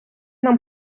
нам